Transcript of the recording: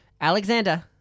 Alexander